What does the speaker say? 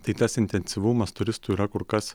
tai tas intensyvumas turistų yra kur kas